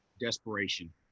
desperation